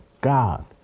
God